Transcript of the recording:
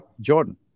jordan